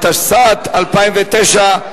התשס"ט 2009,